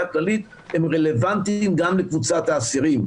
הכללית הם רלוונטיים גם לקבוצת האסירים.